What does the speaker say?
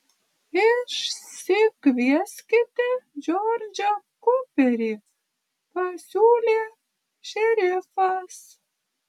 išsikvieskite džordžą kuperį pasiūlė šerifas